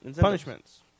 punishments